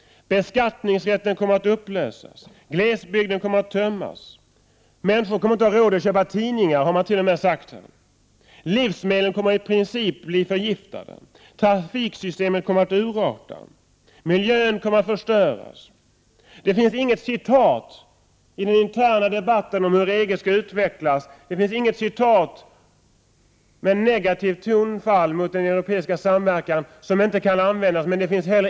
Beskattningsrätten kommer att upplösas, glesbygden kommer att tömmas, livsmedlen kommer i princip att bli förgiftade, trafiksystemet kommer att urarta och miljön kommer att förstöras. Man har t.o.m. sagt här att människor inte skall ha råd att köpa tidningar. Det finns inget citat med negativt tonfall mot den europeiska samarbetsprocessen som miljöpartisterna inte kan använda i den interna debatten.